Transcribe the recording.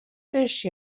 fish